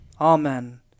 Amen